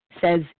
says